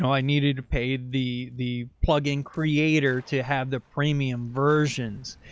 i needed to pay the, the plugin creator to have the premium versions.